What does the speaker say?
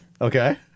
Okay